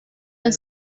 and